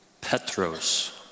Petros